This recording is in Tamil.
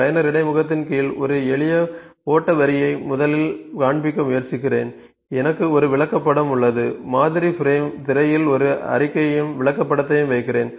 பயனர் இடைமுகத்தின் கீழ் ஒரு எளிய ஓட்ட வரியை முதலில் காண்பிக்க முயற்சிக்கிறேன் எனக்கு ஒரு விளக்கப்படம் உள்ளது மாதிரி பிரேம் திரையில் ஒரு அறிக்கையையும் விளக்கப்படத்தையும் வைக்கிறேன்